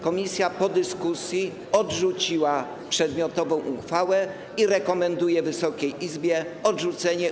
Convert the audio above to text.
Komisja po dyskusji odrzuciła przedmiotową uchwałę Senatu i rekomenduje Wysokiej Izbie jej odrzucenie.